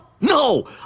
No